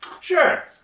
Sure